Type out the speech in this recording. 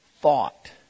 thought